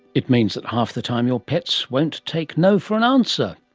it means that half the time your pets won't take no for an answer.